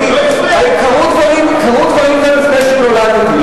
קרו דברים גם לפני שנולדתי.